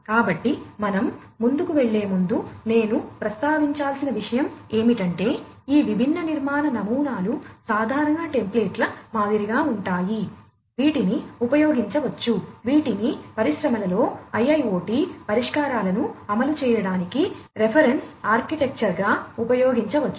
కాబట్టి మనం ముందుకు వెళ్ళే ముందు నేను ప్రస్తావించాల్సిన విషయం ఏమిటంటే ఈ విభిన్న నిర్మాణ నమూనాలు సాధారణ టెంప్లేట్ల మాదిరిగా ఉంటాయి వీటిని ఉపయోగించవచ్చు వీటిని పరిశ్రమలలో IIoT పరిష్కారాలను అమలు చేయడానికి రిఫరెన్స్ ఆర్కిటెక్చర్గా ఉపయోగించవచ్చు